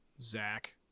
Zach